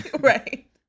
Right